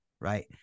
right